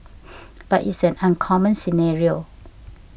but it's an uncommon scenario